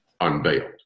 unveiled